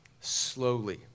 slowly